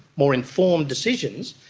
more informed decisions.